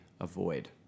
avoid